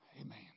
Amen